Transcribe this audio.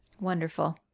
Wonderful